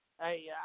Hey